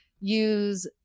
use